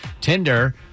Tinder